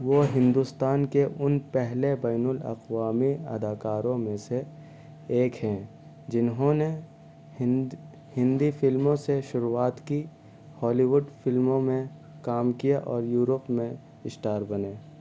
وہ ہندوستان کے ان پہلے بین الاقوامی اداکاروں میں سے ایک ہیں جنہوں نے ہند ہندی فلموں سے شروعات کی ہالی ووڈ فلموں میں کام کیا اور یورپ میں اسٹار بنے